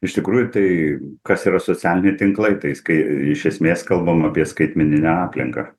iš tikrųjų tai kas yra socialiniai tinklai tais kai iš esmės kalbam apie skaitmeninę aplinką